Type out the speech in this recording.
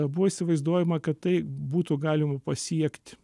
buvo įsivaizduojama kad tai būtų galima pasiekt